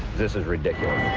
this is ridiculous.